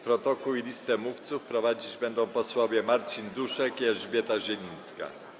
Protokół i listę mówców prowadzić będą posłowie Marcin Duszek i Elżbieta Zielińska.